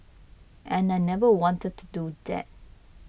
and I never wanted to do that